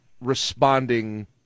responding